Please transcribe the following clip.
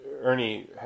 Ernie